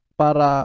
para